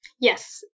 Yes